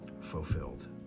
fulfilled